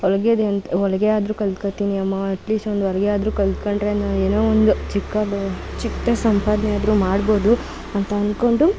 ಹೊಲ್ಗೆದು ಯಂತ್ರ ಹೊಲಿಗೆ ಆದರೂ ಕಲಿತ್ಕೋತಿನಿ ಅಮ್ಮ ಅಟ್ಲೀಸ್ಟ್ ಒಂದು ಹೊಲ್ಗೆ ಆದರೂ ಕಲಿತ್ಕೊಂಡ್ರೆ ನಾನು ಏನೋ ಒಂದು ಚಿಕ್ಕದು ಚಿಕ್ದಾಗಿ ಸಂಪಾದನೆ ಆದರೂ ಮಾಡ್ಬೋದು ಅಂತ ಅಂದ್ಕೊಂಡು